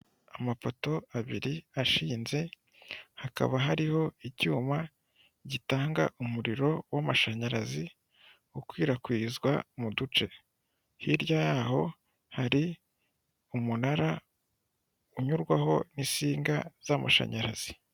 Amapoto abiri ashinze hakaba hariho icyuma gitanga umuriro w'amashanyarazi ukwirakwizwa mu duce hirya yaho hari umunara unyurwaho n'insinga z'amashanyarazi.